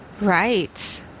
Right